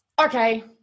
Okay